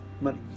Money